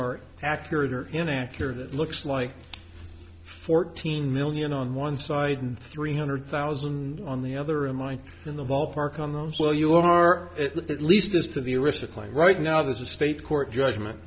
are accurate or inaccurate looks like fourteen million on one side and three hundred thousand on the other in line in the ballpark on those well you are at least as to the arista claim right now there's a state court judgment